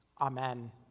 amen